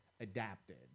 adapted